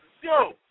Yo